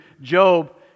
Job